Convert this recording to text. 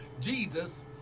Jesus